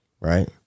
right